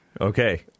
Okay